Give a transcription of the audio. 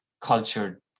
cultured